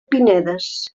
pinedes